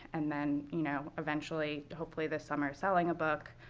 and then you know eventually, hopefully, this summer selling a book.